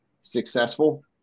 successful